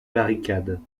barricades